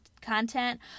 content